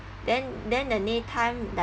then then the daytime the